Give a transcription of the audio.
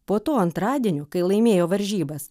po to antradienio kai laimėjo varžybas